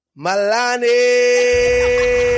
Malani